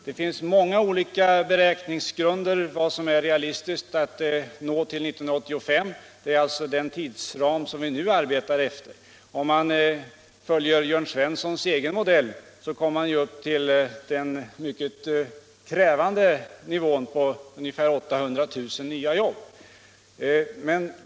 Det finns många olika grunder på vilka man kan beräkna vad som är realistiskt att uppnå fram till 1985 — alltså inom den tidsram som vi nu arbetar efter. Om man följer herr Jörn Svenssons egen modell kommer man upp till den mycket krävande nivån på ungefär 800 000 nya jobb.